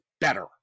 better